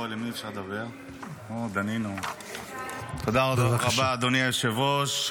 תודה רבה, אדוני היושב-ראש.